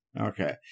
Okay